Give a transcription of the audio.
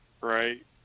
Right